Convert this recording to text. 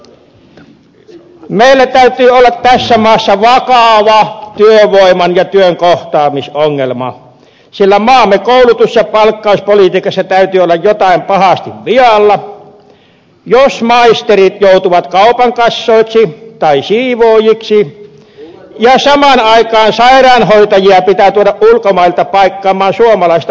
meillä täytyy olla tässä maassa vakava työvoiman ja työn kohtaamisongelma sillä maamme koulutus ja palkkauspolitiikassa täytyy olla jotain pahasti vialla jos maisterit joutuvat kaupan kassoiksi tai siivoojiksi ja samaan aikaan sairaanhoitajia pitää tuoda ulkomailta paikkaamaan suomalaista hoitajapulaa